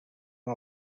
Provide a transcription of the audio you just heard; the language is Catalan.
amb